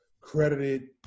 credited